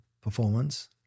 performance